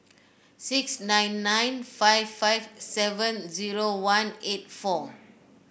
six nine nine five five seven zero one eight four